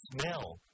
smell